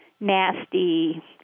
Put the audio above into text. nasty